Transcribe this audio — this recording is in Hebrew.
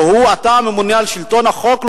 שאתה ממונה על שלטון החוק,